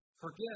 Forgive